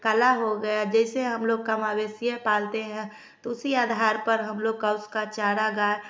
कला हो गया जैसे हम लोग के यहाँ भैंस पालते हैं तो उसी आधार पर हम लोग उसका चारा गाय